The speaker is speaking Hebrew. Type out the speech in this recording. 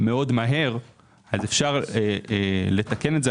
מאוד מהר גם ב-2016 אפשר לתקן גם את זה.